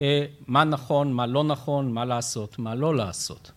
מה נכון, מה לא נכון, מה לעשות, מה לא לעשות.